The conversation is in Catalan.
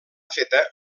feta